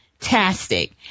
Fantastic